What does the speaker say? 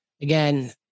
again